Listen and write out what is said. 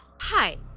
hi